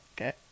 Okay